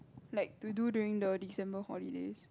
like to do during the December holidays